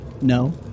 no